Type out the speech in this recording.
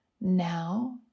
now